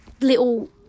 little